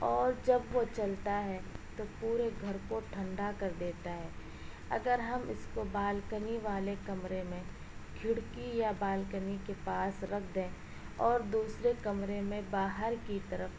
اور جب وہ چلتا ہے تو پورے گھر کو ٹھنڈا کر دیتا ہے اگر ہم اس کو بالکنی والے کمرے میں کھڑکی یا بالکنی کے پاس رکھ دیں اور دوسرے کمرے میں باہر کی طرف